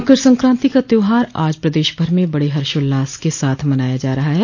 मकर संकांति का त्यौहार आज प्रदेश भर में बड़े हर्षोल्लास के साथ मनाया जा रहा है